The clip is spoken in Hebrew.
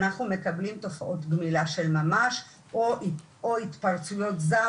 אנחנו מקבלים תופעות גמילה של ממש או התפרצויות זעם